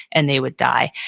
and they would die.